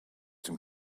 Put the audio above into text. dem